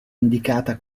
indicata